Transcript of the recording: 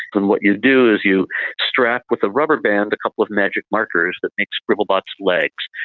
and what you do is you strap with a rubber band a couple of magic markers that make scribble bot's legs,